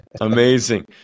Amazing